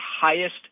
highest